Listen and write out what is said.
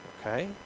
Okay